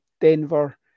Denver